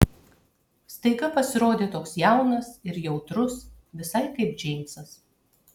staiga pasirodė toks jaunas ir jautrus visai kaip džeimsas